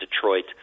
Detroit –